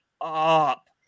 up